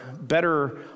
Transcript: better